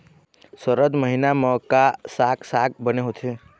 सरद महीना म का साक साग बने होथे?